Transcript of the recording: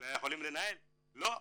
לא.